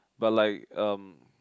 but like um